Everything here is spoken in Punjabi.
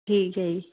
ਠੀਕ ਹੈ ਜੀ